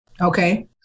okay